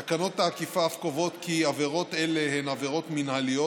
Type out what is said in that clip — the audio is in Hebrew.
תקנות האכיפה אף קובעות כי עבירות אלה הן עבירות מינהליות